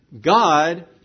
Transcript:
God